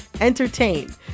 entertain